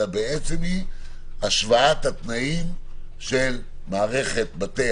אלא היא בעצם השוואת התנאים של מערכת בתי